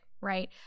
right